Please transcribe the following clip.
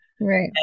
Right